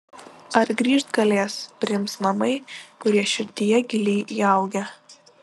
ar grįžt galės priims namai kurie širdyje giliai įaugę